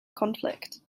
conflict